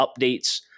updates